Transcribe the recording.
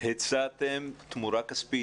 הצעתם תמורה כספית,